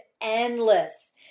endless